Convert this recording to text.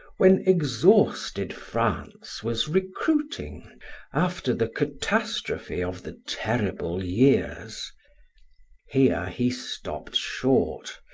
when exhausted france was recruiting after the catastrophe of the terrible years here he stopped short,